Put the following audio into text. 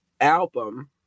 album